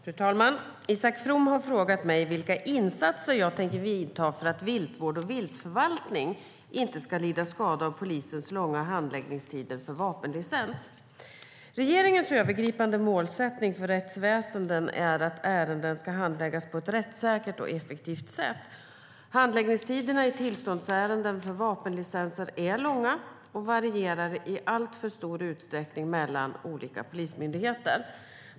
Fru talman! Isak From har frågat mig vilka insatser jag tänker vidta för att viltvård och viltförvaltning inte ska lida skada av polisens långa handläggningstider för vapenlicens. Regeringens övergripande målsättning för rättsväsendet är att ärenden ska handläggas på ett rättssäkert och effektivt sätt. Handläggningstiderna i tillståndsärenden för vapenlicenser är långa och varierar i alltför stor utsträckning mellan olika polismyndigheter.